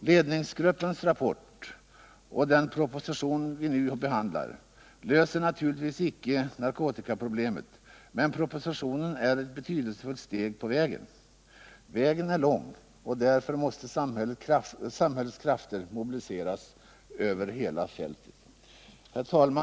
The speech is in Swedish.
Ledningsgruppens rapport och den proposition vi nu behandlar löser naturligtvis icke narkotikaproblemet, men propositionen är ett betydelsefullt steg på vägen mot målet. Denna väg är lång, och därför måste samhällets krafter mobiliseras över hela fältet. Herr talman!